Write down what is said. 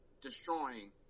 destroying